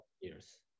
years